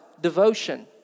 devotion